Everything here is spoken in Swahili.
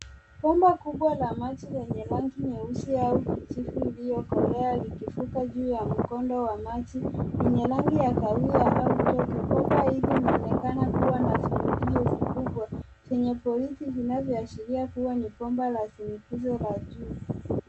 Bomba kubwa la maji lenye rangi nyeusi au kijivu iliyokolea likivuka juu ya mkondo wa maji yenye rangi ya kahawia au tope. Bomba hili linaonekana kuwa na viungio vikubwa vyenye bolti vinavyoashiria kuwa ni bomba la shinikizo la juu.